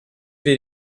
wir